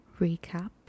recap